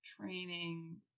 training